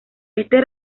este